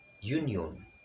union